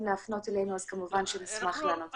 להפנות אלינו אז כמובן שנשמח ל ענות עליה.